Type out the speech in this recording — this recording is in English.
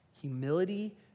Humility